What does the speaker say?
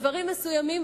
על הנושא שדברים מסוימים